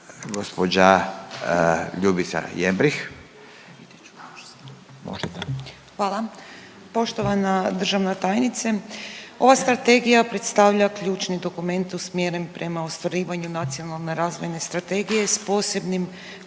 Ljubica (HDZ)** Hvala. Poštovana državna tajnice ova strategija predstavlja ključni dokument usmjeren prema ostvarivanju Nacionalne razvojne strategije s posebnim